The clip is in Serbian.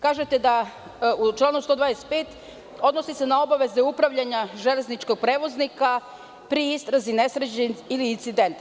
Kažete - u članu 125. odnosi se na obaveze upravljanja železničkog prevoznika pri istrazi nesreće ili incidenta.